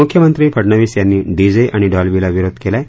मुख्यमंत्री फडनवीस यानी डीजे आणि डॉल्बीला विरोध केलाय